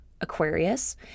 Aquarius